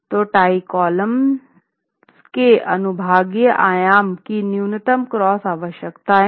तो tie columns के अनुभागीय आयाम की न्यूनतम क्रॉस आवश्यकताएं हैं